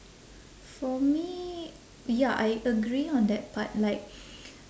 for me ya I agree on that part like